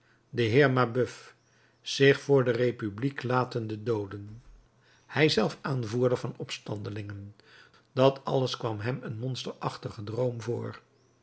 de heer mabeuf zich voor de republiek latende dooden hij zelf aanvoerder van opstandelingen dat alles kwam hem een monsterachtigen droom voor